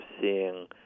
seeing